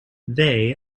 they